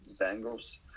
Bengals